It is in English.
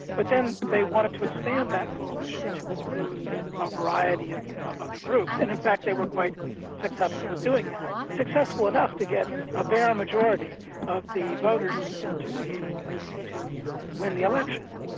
but then they wanted to expand that coalition to include a variety of of other groups, and in fact they were quite successful at doing that. successful enough to get a bare majority of the voters and and to be able to win the election.